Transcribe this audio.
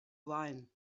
wine